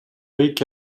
kõik